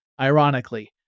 ironically